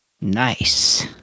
Nice